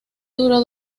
duró